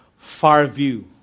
Farview